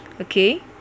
okay